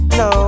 no